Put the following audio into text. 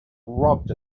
robbed